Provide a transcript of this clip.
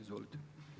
Izvolite.